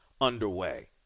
underway